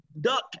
duck